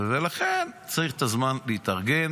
ולכן צריך את הזמן להתארגן.